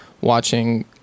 watching